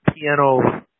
piano